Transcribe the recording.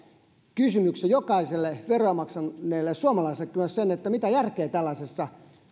jokaiselle veroja maksaneelle suomalaiselle sen kysymyksen mitä järkeä tällaisessa